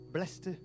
Blessed